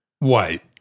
Wait